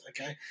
Okay